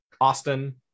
Austin